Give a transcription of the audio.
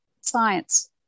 science